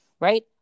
right